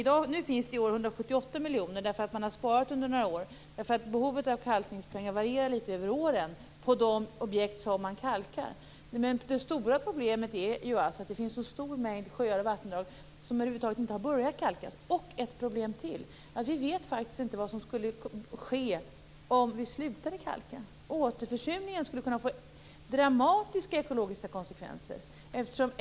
I år finns det 178 miljoner därför att man har sparat under några år. Behovet av kalkningspengar varierar litet över åren för de objekt som kalkas. Det stora problemet är att det finns en så stor mängd sjöar och vattendrag som man över huvud taget inte har börjat kalka. Ett problem till är att vi faktiskt inte vet vad som skulle ske om vi slutade kalka. Återförsurningen skulle kunna få dramatiska ekologiska konsekvenser.